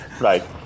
right